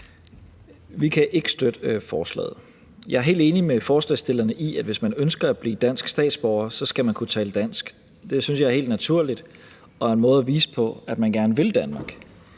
Vi kan ikke støtte forslaget. Jeg er helt enig med forslagsstillerne i, at hvis man ønsker at blive dansk statsborger, skal man kunne tale dansk. Det synes jeg er helt naturligt, og det er en måde at vise, at man gerne vil Danmark.